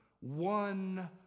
one